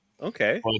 Okay